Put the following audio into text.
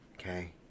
Okay